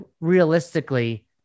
realistically